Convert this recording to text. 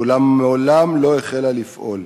אולם מעולם לא החלה לפעול,